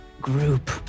group